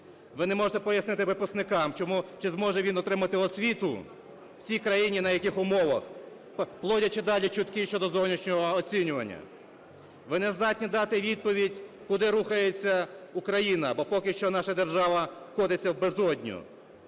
Ви не можете пояснити випускникам, чи зможе він отримати освіту в цій країні і на яких умовах, плодячи далі чутки щодо зовнішнього оцінювання. Ви не здатні дати відповідь, куди рухається Україна. Бо поки що наша держава котиться в безодню.